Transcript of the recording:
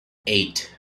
eight